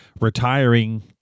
retiring